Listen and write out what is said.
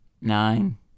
nine